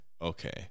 okay